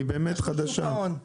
שוק ההון.